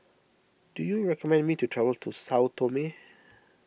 do you recommend me to travel to Sao Tome